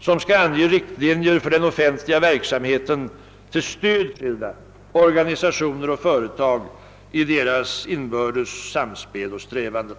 som skall ange riktlinjer för den offentliga verksamheten till stöd för enskilda, organisationer och företag i deras inbördes samspel och strävanden.